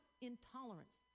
intolerance